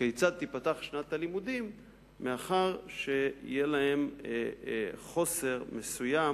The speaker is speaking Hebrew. כיצד תיפתח שנת הלימודים מאחר שיהיה להם חוסר מסוים